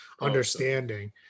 understanding